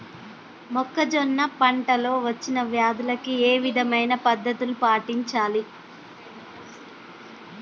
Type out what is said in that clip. మొక్కజొన్న పంట లో వచ్చిన వ్యాధులకి ఏ విధమైన పద్ధతులు పాటించాలి?